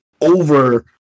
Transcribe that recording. over